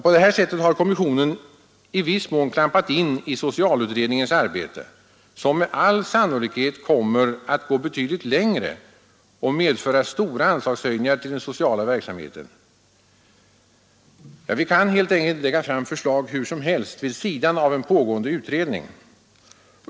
På det sättet har kommissionen i viss mån klampat in i socialutredningens arbete, som med all sannolikhet kommer att gå betydligt längre och medföra stora anslagshöjningar till den sociala verksamheten. Vi kan helt enkelt inte lägga fram förslag hur som helst vid sidan av en pågående utredning.